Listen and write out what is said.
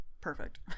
Perfect